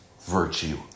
virtue